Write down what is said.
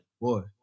Boy